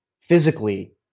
physically